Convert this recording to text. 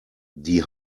die